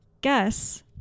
Guess